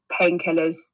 painkillers